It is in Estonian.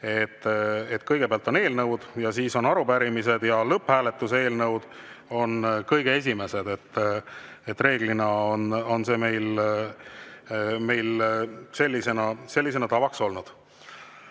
et kõigepealt on eelnõud ja siis on arupärimised ja lõpphääletuse eelnõud on kõige esimesed. Reeglina on see meil sellisena tavaks olnud. Mart